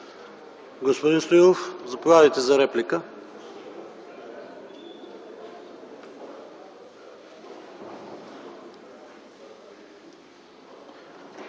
Господин Миков, заповядайте за реплика.